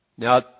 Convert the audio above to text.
Now